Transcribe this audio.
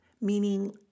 meaning